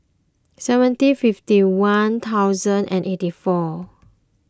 seventy fifty one thousand and eighty four